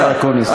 השר אקוניס.